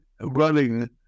running